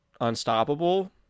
unstoppable